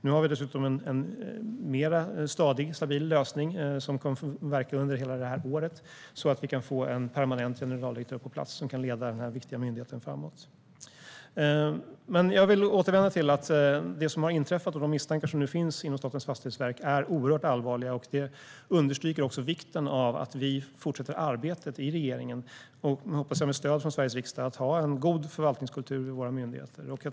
Nu har vi dessutom en mer stadig och stabil lösning som kommer att få verka under hela detta år så att vi kan få en permanent generaldirektör på plats som kan leda denna viktiga myndighet framåt. Jag vill återvända till att det som har inträffat och de misstankar som nu finns inom Statens fastighetsverk är något oerhört allvarligt. Det understryker också vikten av att vi fortsätter arbetet i regeringen. Jag hoppas att vi med stöd från Sveriges riksdag kan ha en god förvaltningskultur i våra myndigheter.